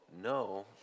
no